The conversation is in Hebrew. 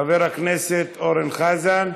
חבר הכנסת אורן חזן.